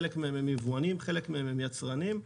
חלק מהם הם יבואנים וחלק מהם הם יצרנים.